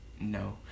No